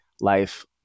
life